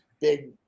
big